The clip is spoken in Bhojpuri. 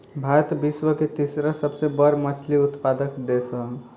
भारत विश्व के तीसरा सबसे बड़ मछली उत्पादक देश ह